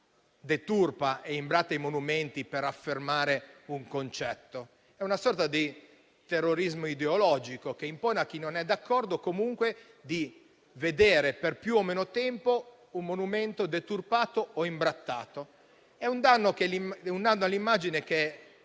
deturpa e imbratta i monumenti per affermare un concetto. È una sorta di terrorismo ideologico che impone a chi non è d'accordo comunque di vedere per più o meno tempo un monumento deturpato o imbrattato. È un danno all'immagine che